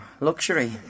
Luxury